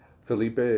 Felipe